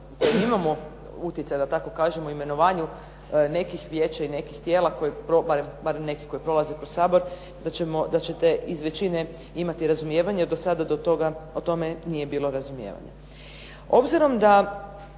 imamo utjecaj, da tako kažemo, u imenovanju nekih vijeća i nekih tijela barem nekih koji prolaze kroz Sabor, da ćete iz većine imati razumijevanja jer do sada o tome nije bilo razumijevanja. Obzirom da